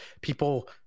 people